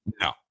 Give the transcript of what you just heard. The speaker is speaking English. No